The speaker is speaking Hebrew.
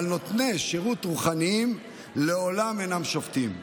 אבל נותני שירותים רוחניים לעולם אינם שובתים.